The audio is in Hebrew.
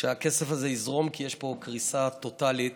שהכסף הזה יזרום, כי יש פה קריסה טוטלית